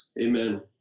Amen